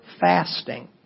fasting